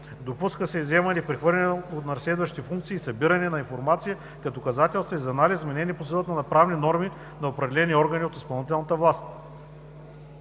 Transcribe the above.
Допуска се вземане и прехвърляне на разследващи функции и събиране на информация като доказателство и за анализ, вменени по силата на правни норми на определени органи от изпълнителната власт.